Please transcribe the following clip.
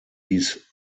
dies